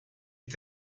est